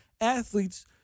athletes